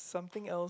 something else